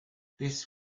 this